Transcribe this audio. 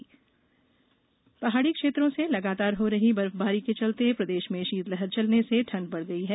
मौसम पहाड़ी क्षेत्रों से लगातार हो रही बर्फबारी के चलते प्रदेश में शीतलहर चलने से ठंड बढ़ गयी है